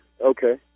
okay